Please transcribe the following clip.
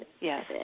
Yes